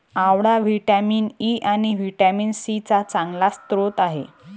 आवळा vitamin E आणि vitamin C चा चांगला स्रोत आहे